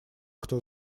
кто